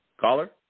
Caller